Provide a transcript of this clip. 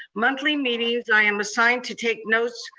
monthly meetings i am assigned to take notes,